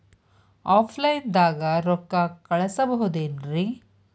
Offline ದಾಗ ರೊಕ್ಕ ಕಳಸಬಹುದೇನ್ರಿ?